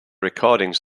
recordings